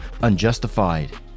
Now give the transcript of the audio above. unjustified